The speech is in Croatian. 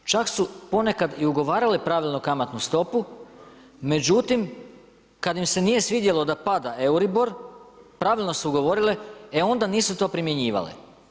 Čak su ponekad i ugovarale pravilno kamatnu stopu, međutim kad im se nije svidjelo da pada Euribor pravilno su ugovorile, e onda nisu to primjenjivale.